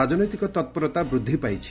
ରାଜନୈତିକ ତତ୍ପରତା ବୃଦ୍ଧି ପାଇଛି